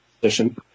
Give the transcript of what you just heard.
position